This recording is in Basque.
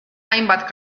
hainbat